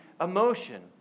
emotion